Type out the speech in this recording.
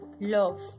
love